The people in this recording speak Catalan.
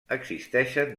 existeixen